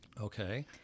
Okay